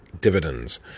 dividends